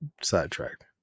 sidetracked